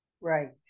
Right